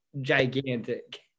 gigantic